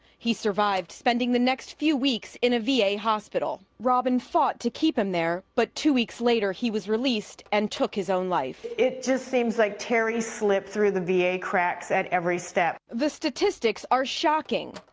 he survived, spending the next few weeks in a v a. hospital. robin fought to keep him there, but two weeks later he was released and took his own life. it just seems like terry slipped through the v a. cracks at every step. reporter the statistics are shocking.